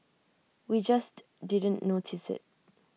we just didn't notice IT